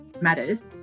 matters